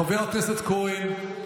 חבר הכנסת כהן,